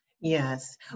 Yes